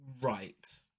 Right